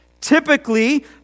Typically